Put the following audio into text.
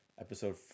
Episode